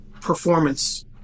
performance